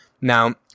Now